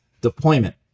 deployment